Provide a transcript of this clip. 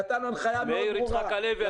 הוא נתן הנחייה מאוד ברורה --- מאיר יצחק הלוי,